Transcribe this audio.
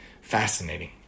Fascinating